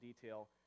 detail